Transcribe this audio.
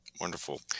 Wonderful